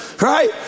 Right